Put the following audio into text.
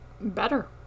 better